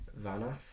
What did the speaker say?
Vanath